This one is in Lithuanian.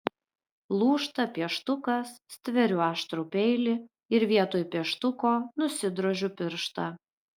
lūžta pieštukas stveriu aštrų peilį ir vietoj pieštuko nusidrožiu pirštą